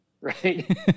right